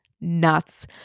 nuts